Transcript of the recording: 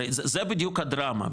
הרי זה בדיוק הדרמה,